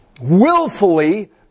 willfully